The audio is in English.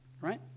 Right